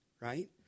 right